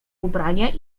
ubranie